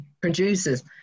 producers